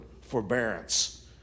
forbearance